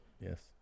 yes